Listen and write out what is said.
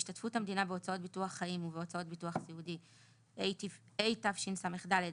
השתתפות המדינה בהוצאות ביטוח חיים ובהוצאות ביטוח סיעודי התשס"ד 2004,